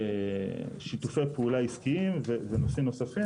שיתופי פעולה עסקיים ונושאים נוספים.